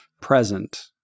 present